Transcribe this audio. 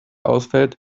ausfällt